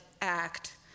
act